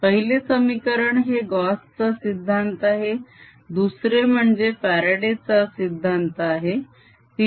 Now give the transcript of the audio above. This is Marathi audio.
पहिले समीकरण हे गॉस चा सिद्धांत आहे Gauss's law दुसरे म्हणजे फ्यारडे चा सिद्धांत आहे Faraday's law